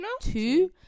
two